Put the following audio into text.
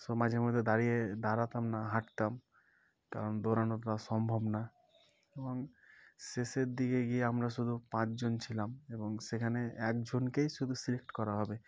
সব মাঝে মধ্যে দাঁড়িয়ে দাঁড়াতাম না হাঁটতাম কারণ দৌড়ানোটা সম্ভব না এবং শেষের দিকে গিয়ে আমরা শুধু পাঁচজন ছিলাম এবং সেখানে একজনকেই শুধু সিলেক্ট করা হবে